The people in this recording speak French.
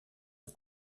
aux